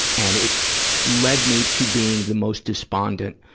and it led me to being the most despondent,